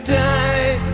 die